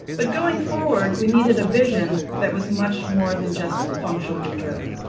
but, going forward, we needed a vision that was much more than just functionally driven.